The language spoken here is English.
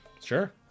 Sure